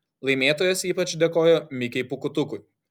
laimėtojas ypač dėkojo mikei pūkuotukui